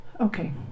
Okay